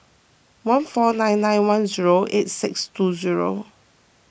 one four nine nine one zero eight six two zero